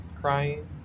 crying